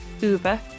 Uber